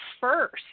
first